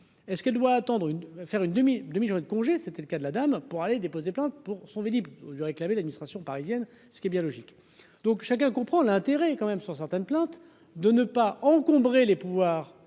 attendre une faire une demi demi-journée de congés, c'était le cas de la dame pour aller déposer plainte pour son Vélib ou du réclamer l'administration parisienne, ce qui est bien logique. Donc chacun comprend l'intérêt quand même sur certaines plantes de ne pas encombrer les pouvoirs.